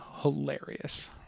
hilarious